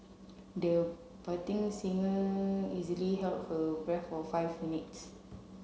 the budding singer easily held her breath for five minutes